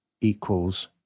equals